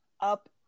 Up